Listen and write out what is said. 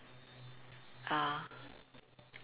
uh